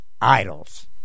idols